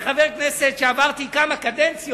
אז אם לא הייתי חבר כנסת שעבר כמה קדנציות,